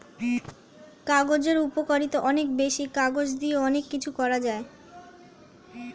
কাগজের উপকারিতা অনেক বেশি, কাগজ দিয়ে অনেক কিছু করা যায়